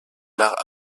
l’art